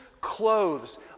clothes